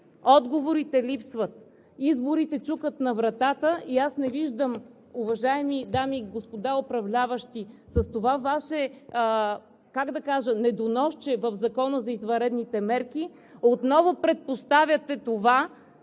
отговорите липсват. Изборите чукат на вратата и аз не виждам, уважаеми дами и господа управляващи, с това Ваше, как да кажа, недоносче в Закона за извънредните мерки отново предпоставяте това